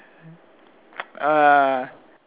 uh